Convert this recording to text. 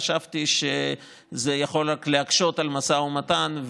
חשבתי שזה יכול רק להקשות על המשא ומתן,